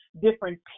different